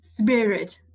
spirit